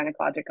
gynecologic